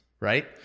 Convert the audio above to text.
Right